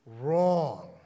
wrong